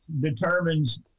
determines